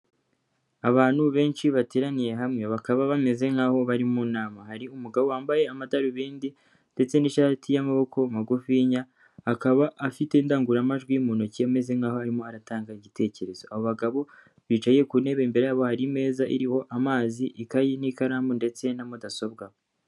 Abantu benshi bateraniye hamwe, bakaba bameze nk'aho bari mu nama, hari umugabo wambaye amadarubindi ndetse n'ishati y'amaboko magufinya, akaba afite indangururamajwi mu ntoki ameze nk'aho arimo aratanga igitekerezo, abo bagabo bicaye ku ntebe imbere yabo hari imeza iriho amazi, ikayi n'ikaramu ndetse na mudasobwa.